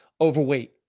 overweight